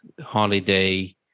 holiday